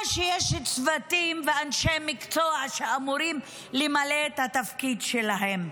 או שיש צוותים ואנשי מקצוע שאמורים למלא את התפקיד שלהם?